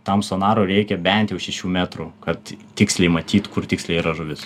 tam sonarui reikia bent šešių metrų kad tiksliai matyt kur tiksliai yra žuvis